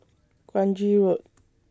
Kranji Road